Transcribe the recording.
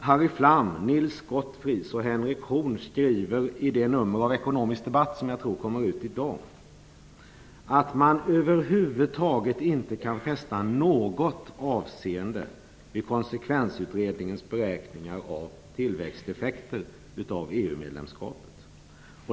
Harry Flam, Nils Gottfries och Henrik Horn skriver i det nummer av Ekonomisk debatt som jag tror kommer ut i dag att man över huvud taget inte kan fästa något avseende vid Konsekvensutredningens beräkningar av tillväxteffekter av EU-medlemskapet.